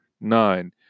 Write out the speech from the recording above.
Nine